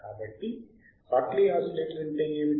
కాబట్టి Hartley oscillator అంటే ఏమిటి